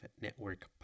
Network